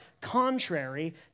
contrary